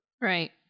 Right